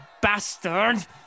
bastard